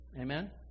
Amen